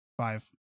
Five